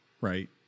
right